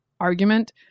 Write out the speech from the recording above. argument